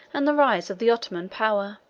and the rise of the ottoman power.